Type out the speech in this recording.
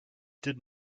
did